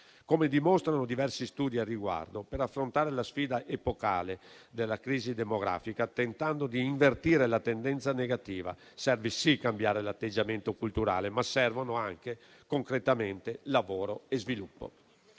Come dimostrano diversi studi al riguardo, per affrontare la sfida epocale della crisi demografica, tentando di invertire la tendenza negativa, serve, sì, cambiare l'atteggiamento culturale, ma servono anche concretamente lavoro e sviluppo.